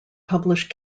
publish